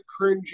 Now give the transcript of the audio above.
cringy